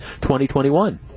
2021